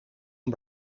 een